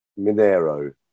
Minero